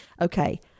Okay